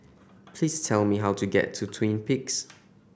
please tell me how to get to Twin Peaks